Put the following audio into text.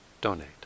donate